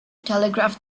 telegraph